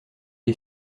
est